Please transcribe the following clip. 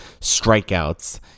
strikeouts